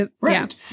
Right